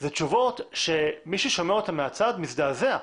זה תשובות שמי ששומע אותן מהצד, מזדעזע.